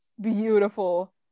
beautiful